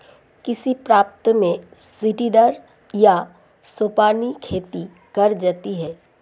किस प्रांत में सीढ़ीदार या सोपानी खेती की जाती है?